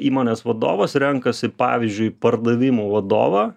įmonės vadovas renkasi pavyzdžiui pardavimų vadovą